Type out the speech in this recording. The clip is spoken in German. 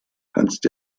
kannst